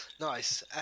nice